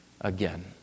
again